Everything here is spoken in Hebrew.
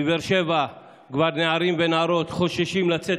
בבאר שבע נערים ונערות כבר חוששים לצאת